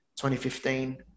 2015